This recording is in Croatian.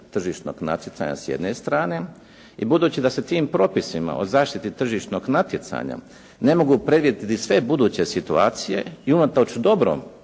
tržišnog natjecanja s jedne strane i budući da se tim propisima o zaštiti tržišnog natjecanja ne mogu predvidjeti sve buduće situacije i unatoč dobrom